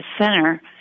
center